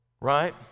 Right